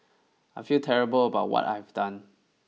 I feel terrible about what I have done